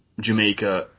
Jamaica